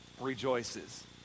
rejoices